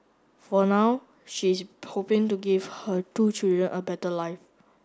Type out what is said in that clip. for now she is hoping to give her two children a better life